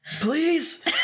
Please